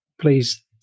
please